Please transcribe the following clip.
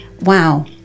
wow